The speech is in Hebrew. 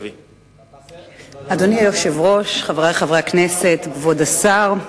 אדוני היושב-ראש, חברי חברי הכנסת, כבוד השר,